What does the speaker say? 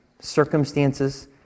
circumstances